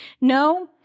No